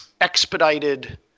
expedited